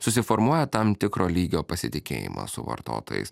susiformuoja tam tikro lygio pasitikėjimas su vartotojais